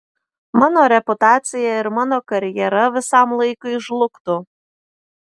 mano reputacija ir mano karjera visam laikui žlugtų